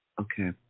Okay